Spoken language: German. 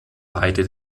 beide